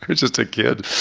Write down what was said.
just a kid.